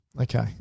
okay